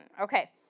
Okay